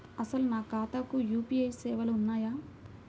అసలు నా ఖాతాకు యూ.పీ.ఐ సేవలు ఉన్నాయా?